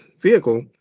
vehicle